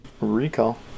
Recall